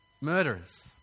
murderers